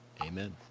Amen